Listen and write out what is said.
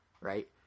right